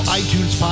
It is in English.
iTunes